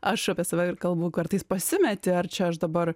aš apie save kalbu kartais pasimeti ar čia aš dabar